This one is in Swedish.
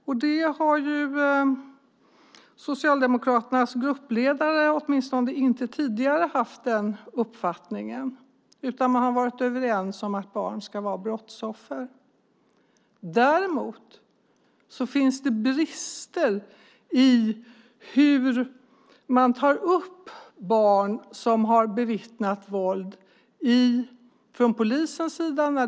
Det är en uppfattning som åtminstone Socialdemokraternas gruppledare inte tidigare haft, utan man har varit överens om att barnen ska ha brottsofferstatus. Däremot finns det brister i hur man från polisens sida tar upp fall där barn har bevittnat våld.